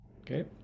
Okay